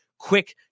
quick